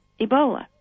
Ebola